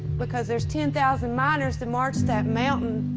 because there's ten thousand miners that marched that mountain,